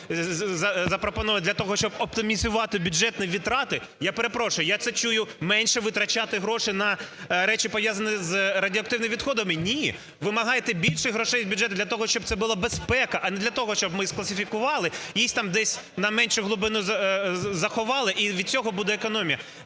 запропонований для того, щоб оптимізувати бюджетні витрати. Я перепрошую, я це чую "менше витрачати гроші на речі пов'язані з радіоактивними відходами". Ні! Вимагайте більше грошей з бюджету для того, щоб це була безпека, а не для того, щоб ми скласифікували і їх там десь на меншу глибину заховали, і від цього буде економія.